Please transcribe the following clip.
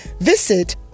visit